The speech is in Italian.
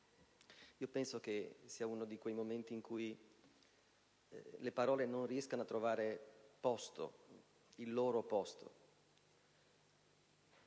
Penso sia uno di quei momenti in cui le parole non riescono a trovare posto, il loro posto.